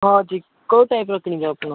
ହଁ ଅଛି କେଉଁ ଟାଇପ୍ର କିଣିବେ ଆପଣ